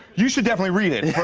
you should definitely read it yeah